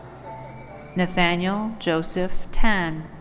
nathaniel joseph tan.